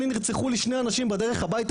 אני נרצחו לי שני אנשים בדרך הביתה,